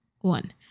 One